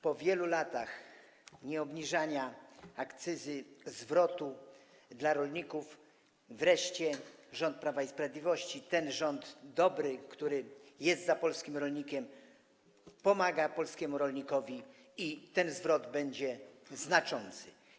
Po wielu latach nieobniżania akcyzy, zwrotu dla rolników wreszcie rząd Prawa i Sprawiedliwości, ten dobry rząd, który jest za polskim rolnikiem, pomaga polskiemu rolnikowi i ten zwrot będzie znaczący.